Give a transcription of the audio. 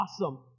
awesome